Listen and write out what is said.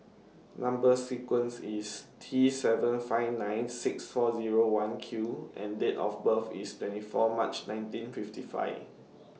Number sequence IS T seven five nine six four Zero one Q and Date of birth IS twenty four March nineteen fifty five